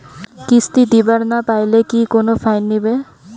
কিস্তি দিবার না পাইলে কি কোনো ফাইন নিবে?